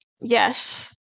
Yes